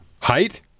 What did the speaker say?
Height